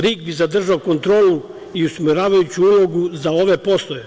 RIK bi zadržao kontrolu i usmeravajuću ulogu za ove poslove.